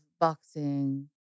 boxing